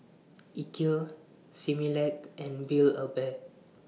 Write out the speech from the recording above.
Ikea Similac and Build A Bear